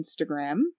instagram